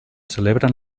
celebren